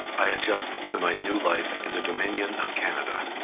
i adjusted to my new life in the dominion of canada.